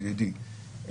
ידידי,